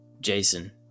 Jason